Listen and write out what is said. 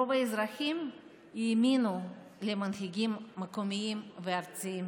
רוב האזרחים האמינו למנהיגים המקומיים והארציים,